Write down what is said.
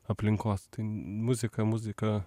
aplinkos tai muzika muzika